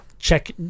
check